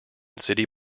city